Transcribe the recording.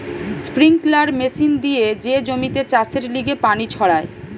sprinkler machine দিয়ে যে জমিতে চাষের লিগে পানি ছড়ায়